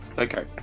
Okay